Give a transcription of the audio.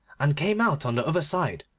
and came out on the other side,